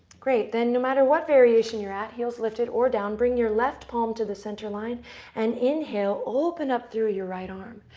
great. then no matter what variation you're at, heels lifted or down, bring your left palm to the center line and inhale. open up through your right arm.